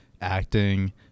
acting